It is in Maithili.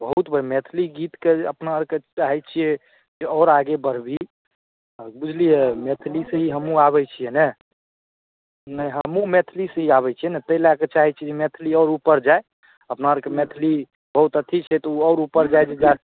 बहुत मैथिली गीतके अपना आओरके चाहै छियै जे आओर आगे बढ़ाबी बुझलियै तऽ मैथिली से ही हमहूँ आबै छियै ने नहि हमहूँ मैथिलिए से ही आबै छियै ने ताहि लऽ कऽ चाहैत छियै कि जे मैथिली आओर ऊपर जाय अपना आओरके मैथिली बहुत अथि छै तऽ ओ आओर ऊपर जाए